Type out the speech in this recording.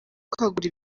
kwagura